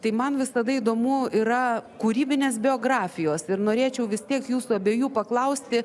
tai man visada įdomu yra kūrybinės biografijos ir norėčiau vis tiek jūsų abiejų paklausti